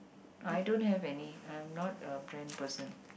I don't have any I'm not a brand person